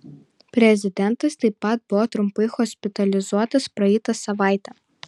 prezidentas taip pat buvo trumpai hospitalizuotas praeitą savaitę